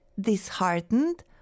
disheartened